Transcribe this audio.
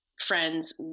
Friends